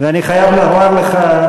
אני חייב לומר לך,